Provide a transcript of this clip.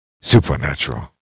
supernatural